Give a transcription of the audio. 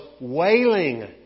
wailing